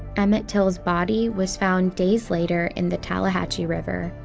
emmett till's body was found days later in the tallahatchie river,